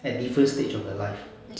at different stage of the life